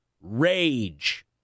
Rage